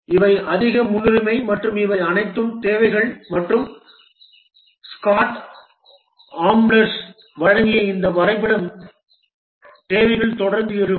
இவை அதிக முன்னுரிமை மற்றும் இவை அனைத்தும் தேவைகள் மற்றும் ஸ்காட் ஆம்ப்ளர்ஸ் வழங்கிய இந்த வரைபடம் தேவைகள் தொடர்ந்து எழும்